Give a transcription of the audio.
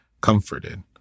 comforted